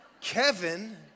Kevin